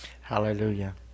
Hallelujah